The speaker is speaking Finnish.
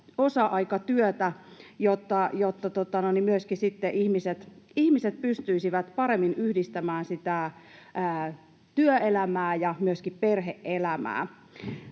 osa-aikatyötä, jotta ihmiset pystyisivät myöskin paremmin yhdistämään työelämää ja perhe-elämää.